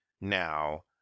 now